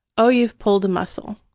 oh, you've pulled a muscle.